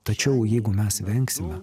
tačiau jeigu mes vengsime